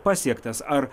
pasiektas ar